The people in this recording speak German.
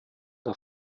der